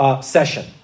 session